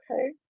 Okay